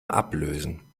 ablösen